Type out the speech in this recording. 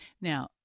Now